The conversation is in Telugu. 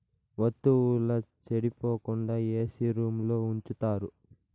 వత్తువుల సెడిపోకుండా ఏసీ రూంలో ఉంచుతారు